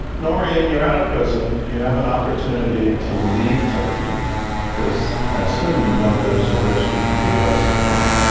nor and you're out of prison, you have an opportunity to leave turkey because i assume you know there's a risk you could be arrested again.